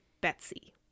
betsy